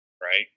Right